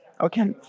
Okay